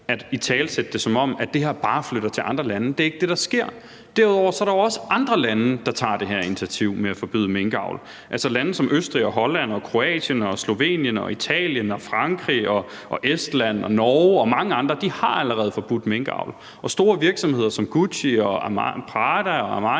at italesætte det, som om det her bare flytter til andre lande. Det er ikke det, der sker. Derudover er der jo også andre lande, der tager det her initiativ med at forbyde minkavl. Lande som Østrig, Holland, Kroatien, Slovenien, Italien, Frankrig, Estland, Norge og mange andre har allerede forbudt minkavl, og store virksomheder som Gucci, Prada og Armani